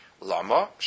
Lama